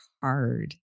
hard